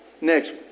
Next